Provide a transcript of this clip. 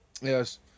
yes